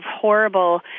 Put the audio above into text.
horrible